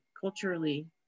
Culturally